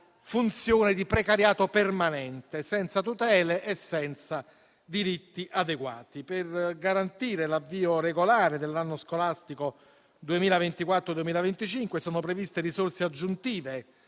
di precariato permanente, senza tutele e senza diritti adeguati. Per garantire l'avvio regolare dell'anno scolastico 2024-2025 sono previste risorse aggiuntive